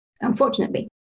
unfortunately